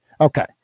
Okay